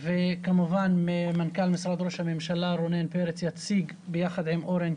וכמובן מנכ"ל משרד ראש הממשלה יציג עם אורן,